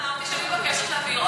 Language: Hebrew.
אמרתי שאני מבקשת להעביר,